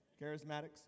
Charismatics